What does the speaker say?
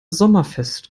sommerfest